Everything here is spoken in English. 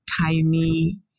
tiny